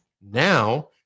Now